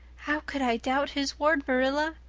how could i doubt his word, marilla?